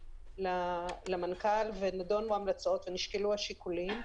למנכ"ל ונדונו ההמלצות ונשקלו השיקולים.